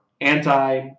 anti-